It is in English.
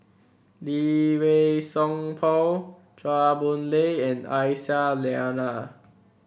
Lee Wei Song Paul Chua Boon Lay and Aisyah Lyana